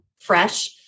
fresh